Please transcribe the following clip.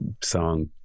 song